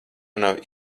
nav